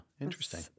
Interesting